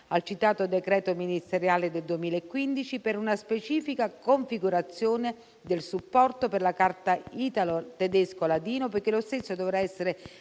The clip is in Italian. al citato decreto ministeriale del 2015 per una specifica configurazione del supporto per la carta italo-tedesco-ladina perché lo stesso dovrà essere